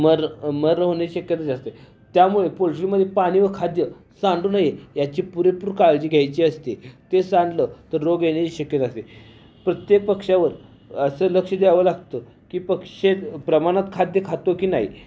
मर मर होण्याची शक्यता जास्त आहे त्यामुळे पोल्ट्रीमध्ये पाणी व खाद्य सांडू नये याची पुरेपूर काळजी घ्यायची असते ते सांडलं तर रोग येण्याची शक्यता असते प्रत्येक पक्ष्यावर असं लक्ष द्यावं लागतं की पक्षी प्रमाणात खाद्य खातो की नाही